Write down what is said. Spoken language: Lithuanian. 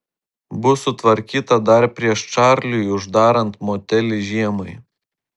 bus sutvarkyta dar prieš čarliui uždarant motelį žiemai